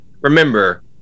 remember